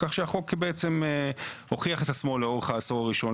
כך שהחוק בעצם הוכיח את עצמו לאורך העשור הראשון